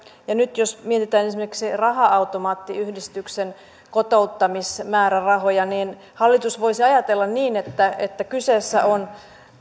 nyt jos mietitään esimerkiksi raha automaattiyhdistyksen kotouttamismäärärahoja niin hallitus voisi ajatella niin että että kyseessä on